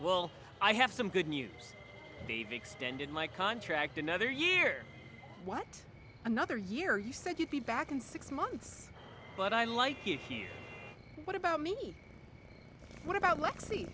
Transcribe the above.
well i have some good news they've extended my contract another year what another year you said you'd be back in six months but i like it here what about me what about le